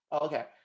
Okay